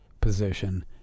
position